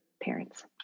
parents